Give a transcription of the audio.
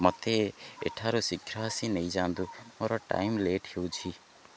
ମୋତେ ଏଠାରୁ ଶୀଘ୍ର ଆସି ନେଇଯାଆନ୍ତୁ ମୋର ଟାଇମ୍ ଲେଟ ହେଉଛି